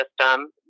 system